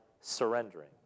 surrendering